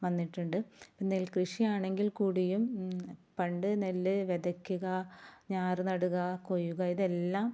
വന്നിട്ടുണ്ട് നെൽക്കൃഷിയാണെങ്കിൽ കൂടിയും പണ്ട് നെല്ല് വിതയ്ക്കുക ഞാർ നടുക കൊയ്യുക ഇതെല്ലാം